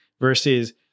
versus